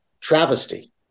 travesty